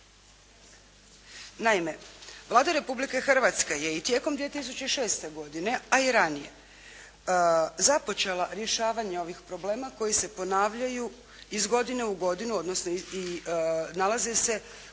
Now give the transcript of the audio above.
Naime, Vlada Republike Hrvatske je i tijekom 2006. godine, a i ranije, započela rješavanje ovih problema koji se ponavljaju iz godine u godine, odnosno nalaze se u izvješću